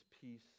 peace